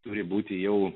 turi būti jau